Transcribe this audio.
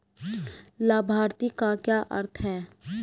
लाभार्थी का क्या अर्थ है?